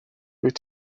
wyt